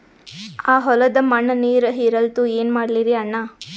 ಆ ಹೊಲದ ಮಣ್ಣ ನೀರ್ ಹೀರಲ್ತು, ಏನ ಮಾಡಲಿರಿ ಅಣ್ಣಾ?